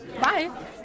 Bye